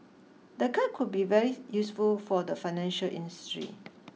the guide could be very useful for the financial industry